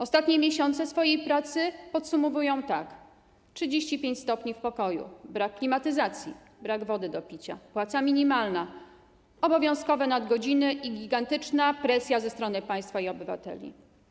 Ostatnie miesiące swojej pracy podsumowują tak: 35 stopni w pokoju, brak klimatyzacji, brak wody do picia, płaca minimalna, obowiązkowe nadgodziny i gigantyczna presja ze strony państwa i obywateli.